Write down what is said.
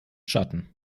schatten